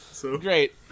Great